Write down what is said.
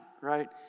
right